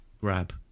Grab